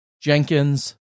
Jenkins